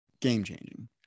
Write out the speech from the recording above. game-changing